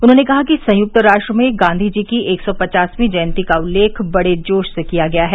उन्होंने कहा कि संयक्त राष्ट्र में गांधी जी की एक सौ पचासवीं जयंती का उल्लेख बड़े जोश से किया गया है